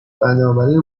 بنابراین